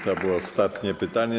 To było ostatnie pytanie.